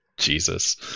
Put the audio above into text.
jesus